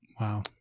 Wow